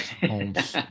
homes